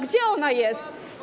Gdzie ona jest?